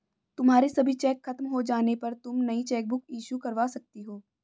तुम्हारे सभी चेक खत्म हो जाने पर तुम नई चेकबुक इशू करवा सकती हो